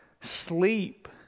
sleep